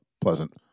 pleasant